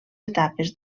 etapes